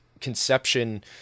conception